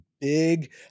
big